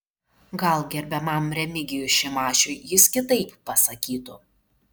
gal gerbiamam remigijui šimašiui jis kitaip pasakytų